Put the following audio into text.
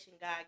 God